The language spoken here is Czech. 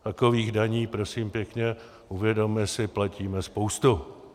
Takových daní, prosím pěkně, uvědomme si, platíme spoustu.